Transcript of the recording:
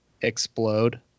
explode